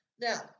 Now